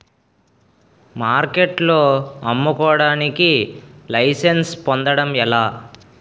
మార్కెట్లో అమ్ముకోడానికి లైసెన్స్ పొందడం ఎలా?